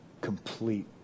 complete